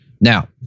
Now